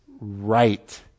right